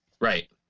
Right